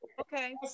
Okay